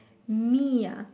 me ah